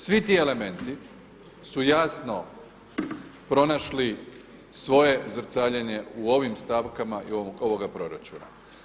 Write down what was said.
Svi ti elementi su jasno pronašli svoje zrcaljenje u ovim stavkama i ovoga proračuna.